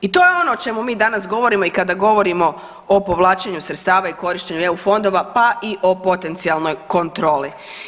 I to je ono o čemu mi danas govorimo i kada govorimo o povlačenju sredstava i korištenju eu fondova pa i o potencijalnoj kontroli.